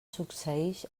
succeïx